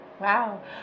Wow